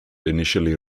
initially